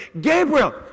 Gabriel